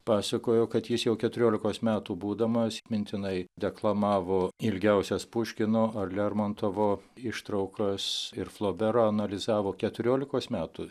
pasakojo kad jis jau keturiolikos metų būdamas mintinai deklamavo ilgiausias puškino ar lermontovo ištraukas ir floberą analizavo keturiolikos metų